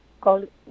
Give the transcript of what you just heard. called